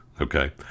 okay